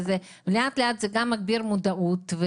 לאט לאט זה גם מגביר מודעות.